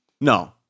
No